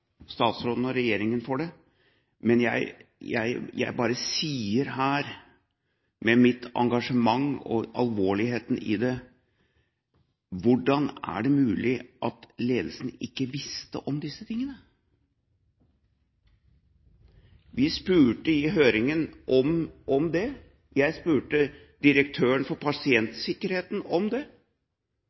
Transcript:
statsråden og regjeringen for det, men jeg sier bare her – med mitt engasjement og alvorligheten i det: Hvordan er det mulig at ledelsen ikke visste om disse tingene? Vi spurte om det i høringen. Jeg spurte direktøren for pasientsikkerheten om det,